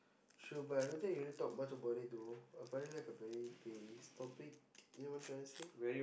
true but I don't think really talk much about it though I find it like a very base topic you know what I'm trying to say